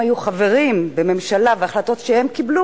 ההחלטות שהם קיבלו בימים שבהם הם היו חברים בממשלה,